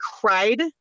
cried